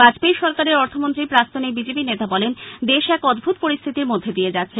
বাজপেয়ী সরকারের অর্থমন্ত্রী প্রাক্তন এই বিজেপি নেতা বললেন দেশ এক অদ্ভুত পরিস্থিতির মধ্যে দিয়ে যাচ্ছে